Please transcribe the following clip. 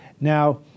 Now